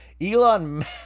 Elon